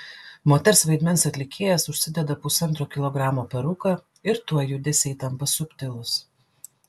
moters vaidmens atlikėjas užsideda pusantro kilogramo peruką ir tuoj judesiai tampa subtilūs